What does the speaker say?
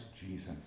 Jesus